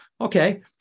Okay